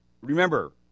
Remember